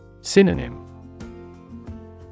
Synonym